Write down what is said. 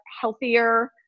healthier